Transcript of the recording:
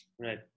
right